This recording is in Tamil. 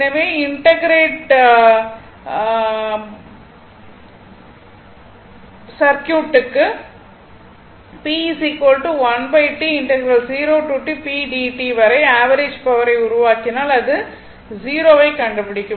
எனவே இண்டக்ட்டிவ் சர்க்யூட்டுக்கு வரை ஆவரேஜ் பவரை உருவாக்கினால் அது 0 வை கண்டுபிடிக்கும்